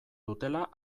dutela